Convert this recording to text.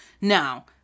Now